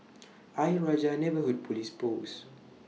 Ayer Rajah Neighbourhood Police Post